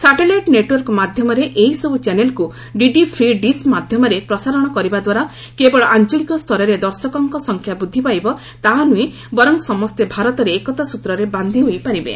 satellite network ମାଧ୍ୟମରେ ଏହିସବୁ ଚ୍ୟାନେଲ୍କୁ ଡିଡି ଫ୍ରି ଡିସ୍ ମାଧ୍ୟମରେ ପ୍ରସାରଣ କରିବା ଦ୍ୱାରା କେବଳ ଆଞ୍ଚଳିକ ସ୍ତରରେ ଦର୍ଶକଙ୍କ ସଂଖ୍ୟା ବୃଦ୍ଧି ପାଇବ ତାହା ନୁହେଁ ବରଂ ସମସ୍ତେ ଭାରତରେ ଏକତା ସ୍ବତ୍ରରେ ବାନ୍ଧି ହୋଇପାରିବେ